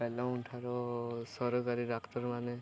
ଠାରୁ ସରକାରୀ ଡାକ୍ତରମାନେ